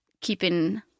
keeping